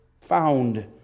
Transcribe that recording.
found